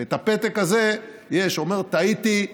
את הפתק הזה יש, אומר: טעיתי,